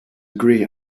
agree